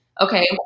okay